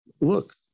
Look